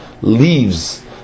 leaves